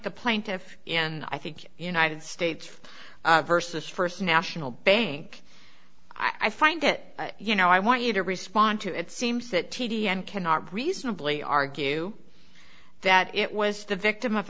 the plaintiff and i think united states versus st national bank i find it you know i want you to respond to it seems that t t n cannot reasonably argue that it was the victim of